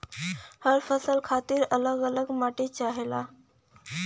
हर फसल खातिर अल्लग अल्लग माटी चाहेला